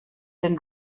den